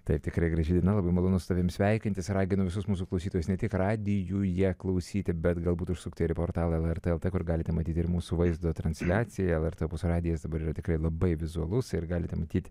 taip tikrai graži diena labai malonu su tavimi sveikintis raginu visus mūsų klausytojus ne tik radijuje klausyti bet galbūt užsukti ir į portalą lrt el t kur galite matyti ir mūsų vaizdo transliaciją lrt opus radijas dabar yra tikrai labai vizualus ir galite matyti